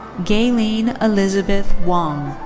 galene elizabeth wong.